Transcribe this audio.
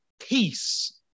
peace